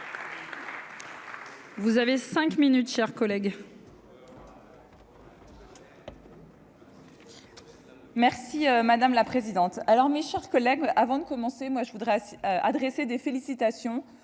Vous avez 5 minutes chers collègues. Merci madame la présidente, alors mes chers collègues, avant de commencer, moi je voudrais adresser des félicitations